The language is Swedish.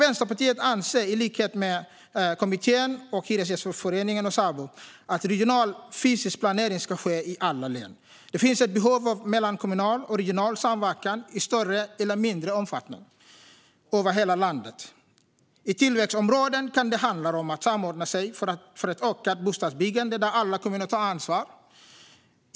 Vänsterpartiet anser i likhet med kommittén, Hyresgästföreningen och Sabo att regional fysisk planering ska ske i alla län. Det finns ett behov av mellankommunal och regional samverkan i större eller mindre omfattning över hela landet. I tillväxtområden kan det handla om att samordna sig för ett ökat bostadsbyggande där alla kommuner tar ansvar.